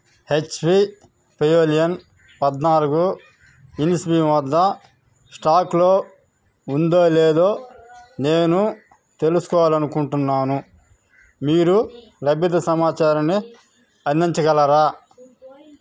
HP Pavilion పద్నాలుగు ఇన్స్బీమ్ వద్ద స్టాక్లో ఉందో లేదో నేను తెలుసుకోవాలనుకుంటున్నాను మీరు లభ్యత సమాచారాన్ని అందించగలరా